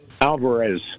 Alvarez